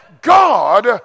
God